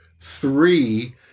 three